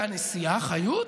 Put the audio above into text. והנשיאה חיות?